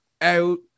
out